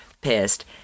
pissed